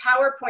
PowerPoint